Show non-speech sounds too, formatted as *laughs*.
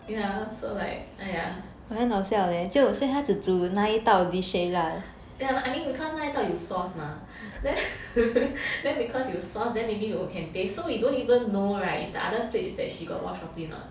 ya so like !aiya! yeah I mean cause 那一道有 sauce mah *laughs* then then because 有 sauce then maybe we can taste so we don't even know [right] like if the other plates she got wash properly a not